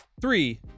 Three